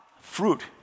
fruit